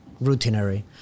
routinary